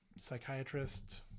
psychiatrist